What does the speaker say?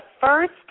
first